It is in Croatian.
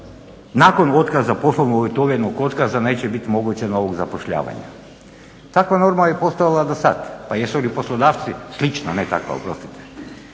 nakon otkaza poslovno uvjetovanog otkaza neće biti moguće novog zapošljavanja. Takva norma je postojala i do sada pa jesu li poslodavci, slično, ne takva oprostite,